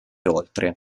oltre